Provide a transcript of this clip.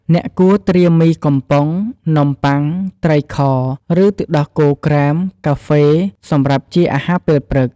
អ្នកគួរត្រៀមមីកំប៉ុង នំបុ័ង ត្រីខ ឬទឹកដោះគោក្រែម កាហ្វេ សម្រាប់ជាអាហារពេលព្រឹក ។